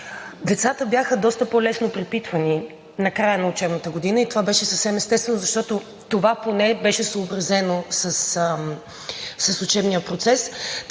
децата бяха доста по-лесно препитвани накрая на учебната година и това беше съвсем естествено, защото това поне беше съобразено с учебния процес.